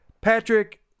Patrick